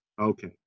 Okay